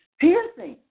Piercing